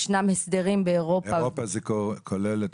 ישנם הסדרים באירופה --- אירופה זה כולל את